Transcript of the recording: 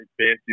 fancy